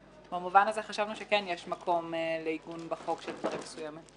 במובן הזה חשבנו שכן יש מקום לעיגון בחוק של דברים מסוימים.